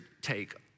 take